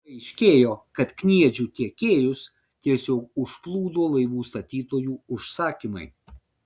paaiškėjo kad kniedžių tiekėjus tiesiog užplūdo laivų statytojų užsakymai